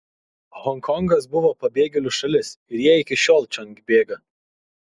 honkongas buvo pabėgėlių šalis ir jie iki šiol čion bėga